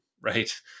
Right